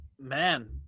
Man